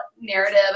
narrative